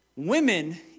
Women